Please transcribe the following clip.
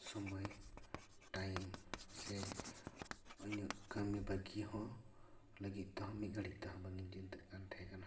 ᱥᱳᱢᱳᱭ ᱴᱟᱭᱤᱢ ᱥᱮ ᱤᱧᱟᱹᱜ ᱠᱟᱹᱢᱤ ᱵᱟᱹᱜᱤ ᱦᱚᱸ ᱞᱟᱹᱜᱤᱫ ᱛᱮᱦᱚᱸ ᱢᱤᱫ ᱜᱷᱟᱹᱲᱤᱡ ᱛᱮᱦᱚᱸ ᱵᱟᱝᱤᱧ ᱪᱤᱱᱛᱟᱹᱜ ᱠᱟᱱ ᱛᱟᱦᱮᱸ ᱠᱟᱱᱟ